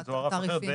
מתוערף אחרת.